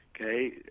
Okay